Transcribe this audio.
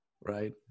Right